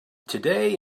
today